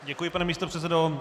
Děkuji, pane místopředsedo.